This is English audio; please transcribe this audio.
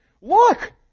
look